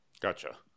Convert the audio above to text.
Gotcha